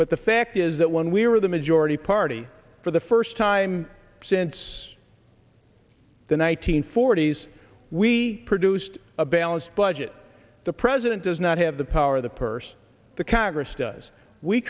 but the fact is that when we were the majority party for the first time since the one nine hundred forty s we produced a balanced budget the president does not have the power of the purse the congress does we